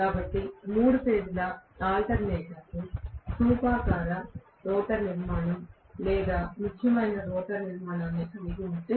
కాబట్టి మూడు ఫేజ్ ల ఆల్టర్నేటర్లు స్థూపాకార రోటర్ నిర్మాణం లేదా ముఖ్యమైన రోటర్ నిర్మాణాన్ని కలిగి ఉంటే